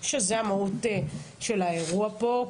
שזו המהות של האירוע פה.